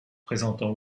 présentant